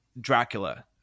Dracula